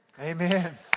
Amen